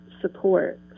support